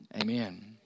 Amen